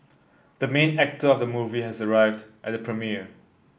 the main actor of the movie has arrived at the premiere